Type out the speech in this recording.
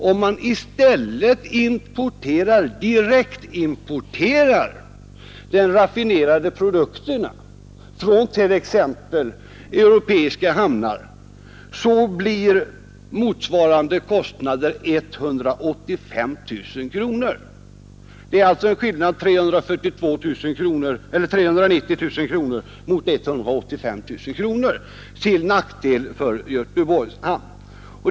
Om man i stället direktimporterar de raffinerade produkterna från t.ex. europeiska hamnar blir motsvarande kostnader 185 000 kronor. Det är alltså en skillnad mellan 340 000 och 185 000 kronor till nackdel för Göteborgs hamn.